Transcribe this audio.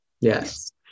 Yes